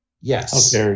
yes